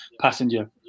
passenger